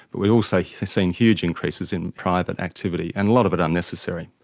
but we've also seen huge increases in private activity, and a lot of it unnecessary.